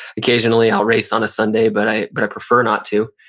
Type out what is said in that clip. occasionally i'll race on a sunday, but i but prefer not to.